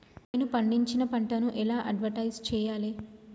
నేను పండించిన పంటను ఎలా అడ్వటైస్ చెయ్యాలే?